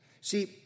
See